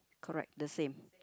correct the same